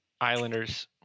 Islanders